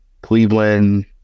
Cleveland